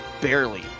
barely